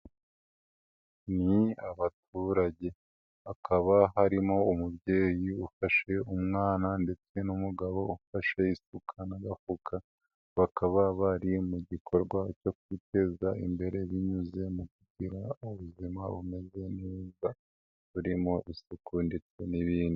Ni abaturage hakaba harimo umubyeyi ufashe umwana ndetse n'umugabo ufasha isuka n'agafuka, bakaba bari mu gikorwa cyo kwiteza imbere binyuze mu kugira ubuzima bumeze neza, burimo isuku ndetse n'ibindi.